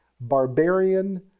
barbarian